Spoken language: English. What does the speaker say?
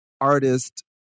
artist